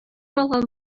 алган